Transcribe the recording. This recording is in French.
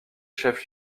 chef